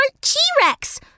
T-Rex